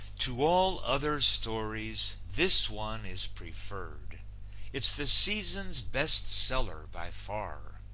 to all other stories, this one is preferred it's the season's best seller by far,